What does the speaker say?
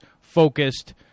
focused